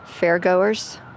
fairgoers